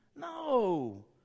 No